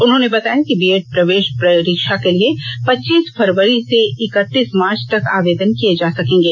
उन्होंने बताया कि बीएड प्रवेष परीक्षा के लिए पच्चीस फरवरी से इकतीस मार्च तक आवेदन किए जा सकेंगे